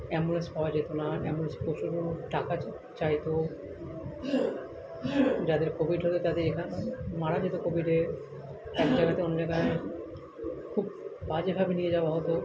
ambulance পাওয়া যেত না অ্যাম্বুলেন্স প্রচুর টাকা চাইত যাদের কোভিড হতো তাদের এখান মারা যেত কোভিডে এক জায়গা থেকে অন্য জায়গায় খুব বাজেভাবে নিয়ে যাওয়া হতো